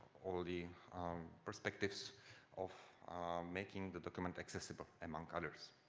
all the perspectives of making the document accessible, among others.